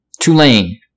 Tulane